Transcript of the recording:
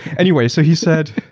anyway, so he said,